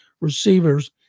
receivers